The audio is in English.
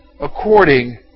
according